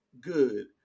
good